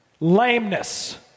lameness